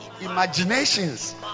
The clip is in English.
imaginations